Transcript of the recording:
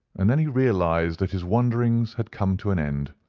and then he realised that his wanderings had come to an end,